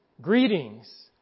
Greetings